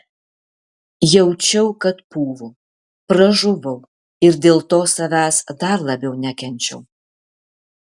jaučiau kad pūvu pražuvau ir dėl to savęs dar labiau nekenčiau